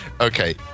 Okay